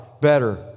better